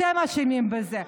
אתם אשמים בזה.